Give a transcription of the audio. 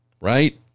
right